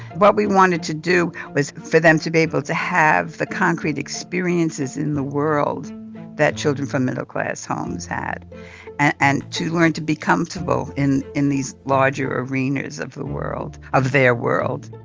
what we wanted to do was for them to be able to have the concrete experiences in the world that children from middle-class homes had and to learn to be comfortable in in these larger arenas of the world of their world